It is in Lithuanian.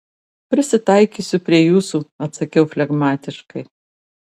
prisitaikysiu prie jūsų atsakiau flegmatiškai